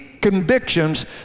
convictions